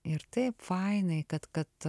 ir taip fainai kad kad